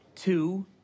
Two